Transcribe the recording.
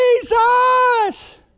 Jesus